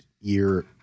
year